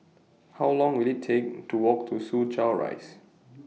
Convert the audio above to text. How Long Will IT Take to Walk to Soo Chow Rise